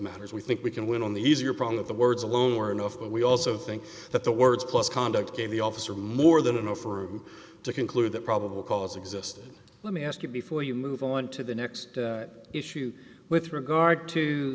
matters we think we can win on the easier problem of the words alone were enough but we also think that the words plus conduct gave the officer more than enough room to conclude that probable cause existed let me ask you before you move on to the next issue with regard to